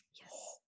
Yes